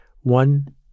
one